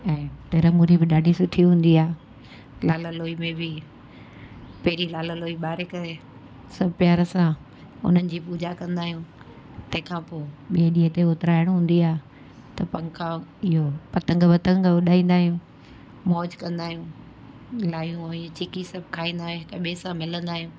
ऐं तीरु मूरी बि ॾाढी सुठी हूंदी आहे लाल लोई में बि पहिरीं लाल लोई ॿारे करे सभु प्यार सां उन्हनि जी पूजा कंदा आहियूं तंहिं खां पोइ ॿिए ॾींहं ते उतराइण हूंदी आहे त पंखा इहो पतंग वतंग उॾाईंदा आहियूं मौज कंदा आहियूं लाइयूं इहे चिकी सभु खाईंदा हिकु ॿिए सां मिलंदा आहियूं